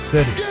City